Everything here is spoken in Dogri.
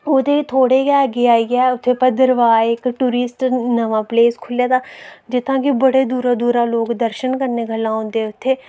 ओह्दे थोह्ड़े गै अग्गें आइयै उत्थै भद्रवाह् टूरिस्ट नमां प्लेस खुह्ल्ले दा जित्थूं कि बड़ी दूरूं दूरूं लोक दर्शन करने औंदे उत्थै ओह्